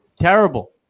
terrible